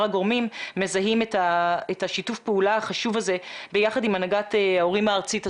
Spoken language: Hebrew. הגורמים מזהים את שיתוף הפעולה החשוב הזה ביחד עם הנהגת ההורים הארצית.